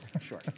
Sure